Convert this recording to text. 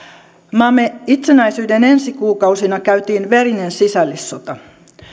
maamme itsenäisyyden ensi kuukausina käytiin verinen sisällissota